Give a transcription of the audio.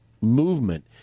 movement